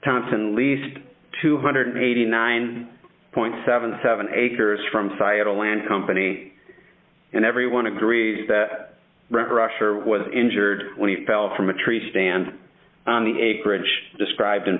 thompson least two hundred and eighty nine point seven seven acres from cya to land company and everyone agrees that rusher was injured when he fell from a tree stand on the acreage described in